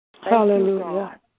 Hallelujah